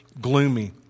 gloomy